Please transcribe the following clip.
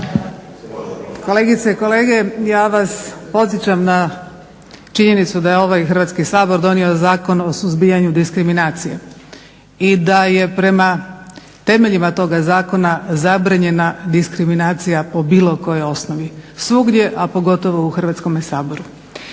Kolegice i kolege, ja vas podsjećam na činjenicu da je ovaj Hrvatski sabor donio Zakon o suzbijanju diskriminacije i da je prema temeljima toga zakona zabranjena diskriminacija po bilo kojoj osnovi svugdje, a pogotovo u Hrvatskome saboru.